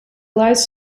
lies